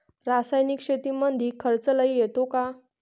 रासायनिक शेतीमंदी खर्च लई येतो का?